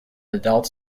adult